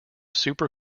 super